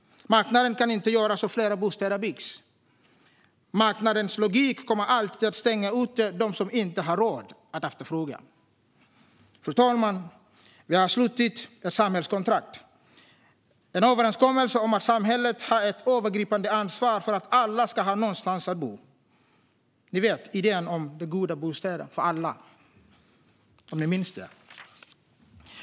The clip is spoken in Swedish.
Marknaden kan inte göra så att fler bostäder byggs. Marknadens logik kommer alltid att stänga ute dem som inte har råd att efterfråga. Fru talman! Vi har slutit ett samhällskontrakt, en överenskommelse om att samhället har ett övergripande ansvar för att alla ska ha någonstans att bo. Idén om "goda bostäder åt alla", ni vet - om ni minns den!